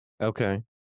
Okay